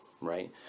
right